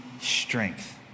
strength